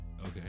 Okay